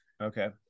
Okay